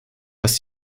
was